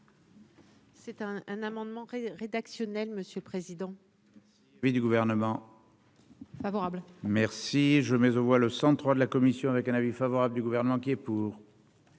C'est un un amendement rédactionnel, monsieur le président. Oui du gouvernement favorable merci je mais on voit le centre de la commission avec un avis favorable du gouvernement qui est pour.